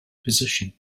position